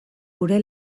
gure